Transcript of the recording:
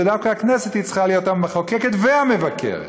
ודווקא הכנסת צריכה להיות המחוקקת והמבקרת.